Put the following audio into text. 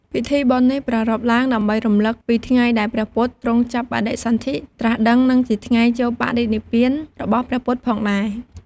ពិធីបុណ្យនេះប្រារព្ធឡើងដើម្បីរំឮកពីថ្ងៃដែលព្រះពុទ្ធទ្រង់ចាប់បដិសន្ធិ ត្រាស់ដឹង និងជាថ្ងៃចូលបរិនិព្វានរបស់ព្រះពុទ្ធផងដែរ ។